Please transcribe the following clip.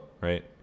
right